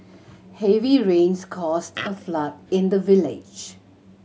heavy rains caused a flood in the village